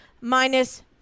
minus